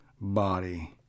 body